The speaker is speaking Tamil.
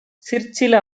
சிற்சில